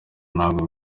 ntabwo